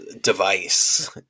device